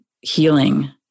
healing